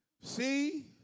see